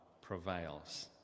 prevails